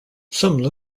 some